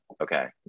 Okay